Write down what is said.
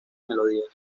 melodías